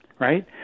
right